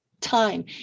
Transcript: time